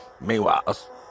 Meanwhile